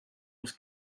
was